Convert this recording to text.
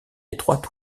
étroite